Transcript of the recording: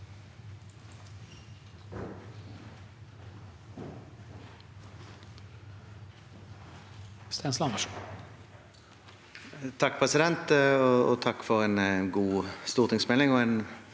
Takk for en god stortingsmelding